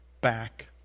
back